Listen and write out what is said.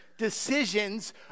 Decisions